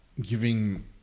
giving